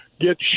get